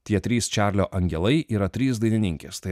tie trys čarlio angelai yra trys dainininkės tai